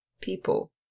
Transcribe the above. people